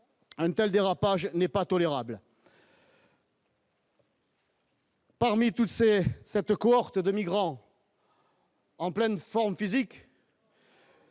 Une telle dérapage n'est pas tolérable. Parmi toutes ces cette cohorte de migrants. En pleine forme physique.